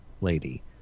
lady